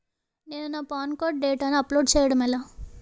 నేను నా PAN card డేటాను అప్లోడ్ చేయడం ఎలా?